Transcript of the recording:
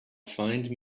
find